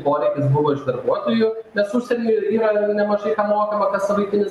poreikis buvo iš darbuotojų nes užsieny yra nemažai kam mokama kas savaitinis